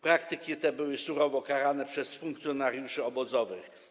Praktyki te były surowo karane przez funkcjonariuszy obozowych.